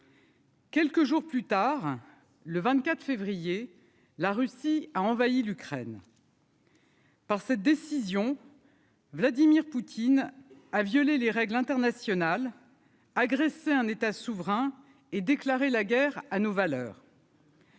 Quelques jours plus tard, le 24 février la Russie a envahi l'Ukraine. Par cette décision. Vladimir Poutine a violé les règles internationales agressé un État souverain et déclaré la guerre à nos valeurs.